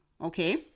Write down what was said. Okay